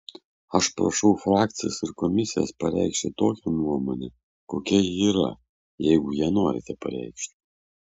aš prašau frakcijas ir komisijas pareikšti tokią nuomonę kokia ji yra jeigu ją norite pareikšti